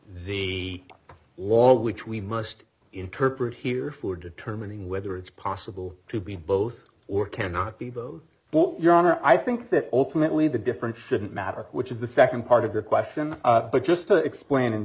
the wall which we must interpret here for determining whether it's possible to be both or cannot be both for your honor i think that ultimately the different shouldn't matter which is the nd part of the question but just to explain